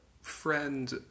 friend